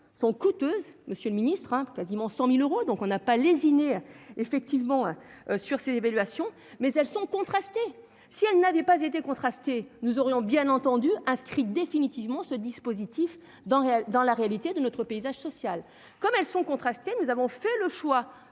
sont coûteuses, monsieur le Ministre, quasiment 100000 euros, donc on n'a pas lésiné effectivement sur ces évaluations, mais elles sont contrastées, si elle n'avait pas été contrastées, nous aurions bien entendu inscrite définitivement ce dispositif dans dans la réalité de notre paysage social comme elles sont contrastées : nous avons fait le choix